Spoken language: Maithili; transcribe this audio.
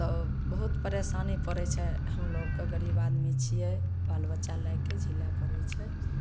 तऽ बहुत परेशानी पड़ैत छै हमलोग कऽ गरीब आदमी छियै बाल बच्चा लऽ के झेलऽ पड़ैत छै